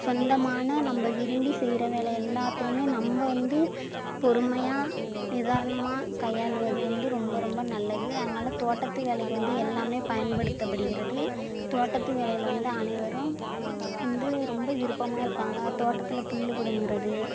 சொந்தமான நம்ம விரும்பி செய்கிற வேலை எல்லாத்துலேயுமே நம்ம வந்து பொறுமையாக நிதானமாக கையாளுவது வந்து ரொம்ப ரொம்ப நல்லது அதனால தோட்டத்து வேலைக்கு வந்து எல்லாம் பயன்படுத்தப்படுகிறது தோட்டத்து வேலையில் வந்து அனைவரும் வந்து ரொம்ப விருப்பமாக இருப்பாங்க தோட்டத்தில் புல்லு பிடுங்கிறது